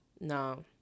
No